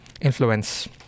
influence